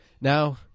now-